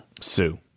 Sue